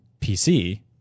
PC